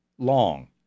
Long